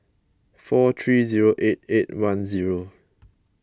four three zero eight eight one zero